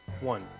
one